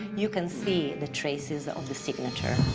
you can see the traces of the signature.